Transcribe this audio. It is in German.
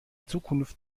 zukunft